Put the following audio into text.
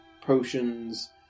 potions